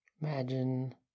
Imagine